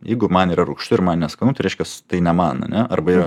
jeigu man yra rūgšti ir man neskanu tai reiškias tai ne man ane arba yra